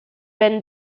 band